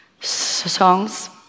songs